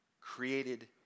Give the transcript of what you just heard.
created